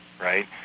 right